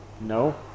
No